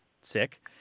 sick